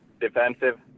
defensive